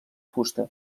fusta